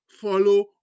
Follow